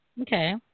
Okay